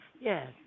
Yes